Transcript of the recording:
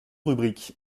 rubrique